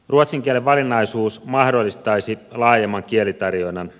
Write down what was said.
ruotsin kielen valinnaisuus mahdollistaisi laajemman kielitarjonnan